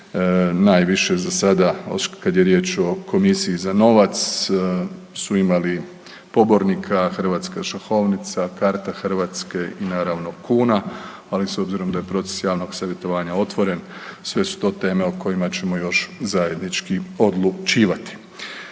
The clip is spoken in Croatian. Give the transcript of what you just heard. Najviše za sada kada je riječ o Komisiji za novac su imali pobornika hrvatska šahovnica, karta Hrvatske i naravno kuna, ali s obzirom da je proces javnog savjetovanja otvoren, sve su to teme o kojima ćemo još zajednički odlučivati.